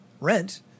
rent